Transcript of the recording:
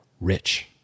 rich